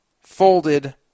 folded